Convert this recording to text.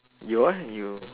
you'all you